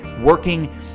working